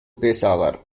peshawar